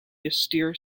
austere